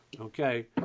Okay